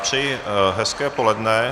Přeji hezké poledne.